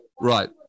Right